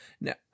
now